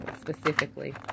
specifically